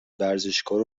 ورزشکار